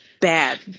bad